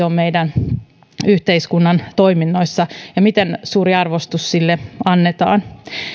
on meidän yhteiskunnan toiminnoissa ja miten suuri arvostus sille annetaan